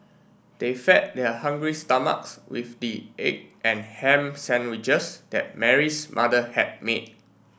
they fed their hungry stomachs with the egg and ham sandwiches that Mary's mother had made